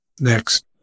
Next